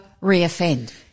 re-offend